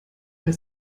der